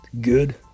Good